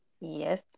Yes